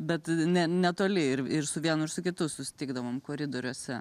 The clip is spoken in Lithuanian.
bet ne netoli ir ir su vienu ir su kitu susitikdavom koridoriuose